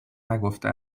نگفته